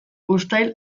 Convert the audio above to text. uztail